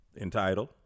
Entitled